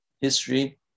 history